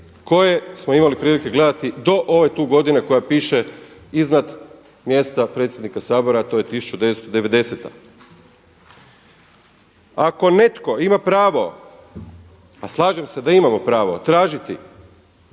koje smo imali prilike gledati do ove tu godine koja piše iznad mjesta predsjednika Sabora, a to je 1990. Ako netko ima pravo, a slažem se da imamo pravo tražiti